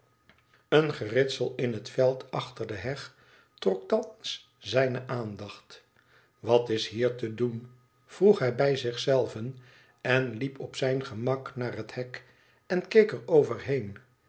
een geritsel in het veld achter de heg trok thans zijne aandacht wat is hier te doen vroeg hij bij zich zelven en liep op zijn gemak naar het hek en keek